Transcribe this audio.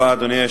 אדוני.